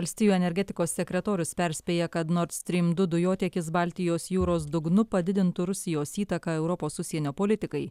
valstijų energetikos sekretorius perspėja kad nord strym du dujotiekis baltijos jūros dugnu padidintų rusijos įtaką europos užsienio politikai